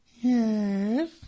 yes